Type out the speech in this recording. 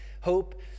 hope